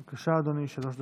בבקשה, אדוני, שלוש דקות.